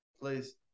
Please